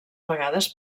vegades